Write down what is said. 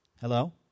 Hello